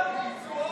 מהקבוצה,